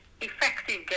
effective